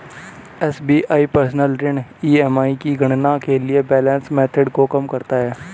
SBI personal ऋण EMI की गणना के लिए बैलेंस मेथड को कम करता है